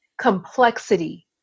complexity